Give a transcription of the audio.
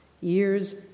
Years